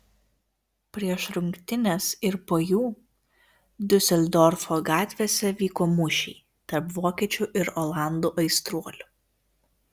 prieš rungtynes ir po jų diuseldorfo gatvėse vyko mūšiai tarp vokiečių ir olandų aistruolių